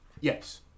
Yes